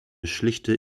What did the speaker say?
schlichte